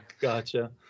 Gotcha